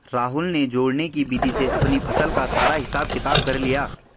राहुल ने जोड़ने की विधि से अपनी फसल का सारा हिसाब किताब कर लिया